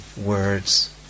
words